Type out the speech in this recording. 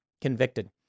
Convicted